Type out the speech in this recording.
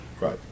Right